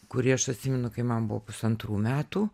kurį aš atsimenu kai man buvo pusantrų metų